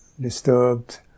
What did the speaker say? disturbed